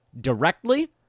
directly